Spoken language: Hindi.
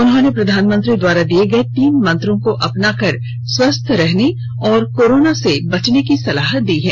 उन्होंने प्रधानमंत्री द्वारा दिए गए तीन मंत्रो को अपनाकर स्वस्थ रहने और कोरोना से बचने की सलाह दी है